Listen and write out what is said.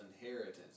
inheritance